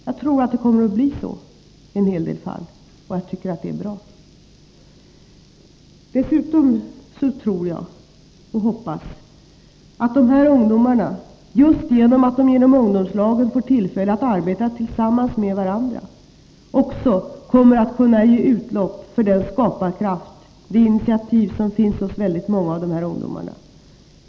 Jag tror också att det kommer att bli så i en hel del fall, och jag tycker att det är bra. Dessutom tror jag och hoppas att de här ungdomarna, just genom att de i ungdomslagen får tillfälle att arbeta tillsammans med varandra, också kommer att kunna ge utlopp för den skaparkraft och det initiativ som finns hos väldigt många ungdomar.